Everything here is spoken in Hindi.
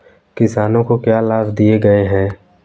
किसानों को क्या लाभ दिए गए हैं?